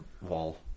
wall